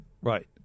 Right